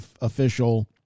official